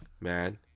man